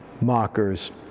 mockers